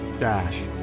dashed.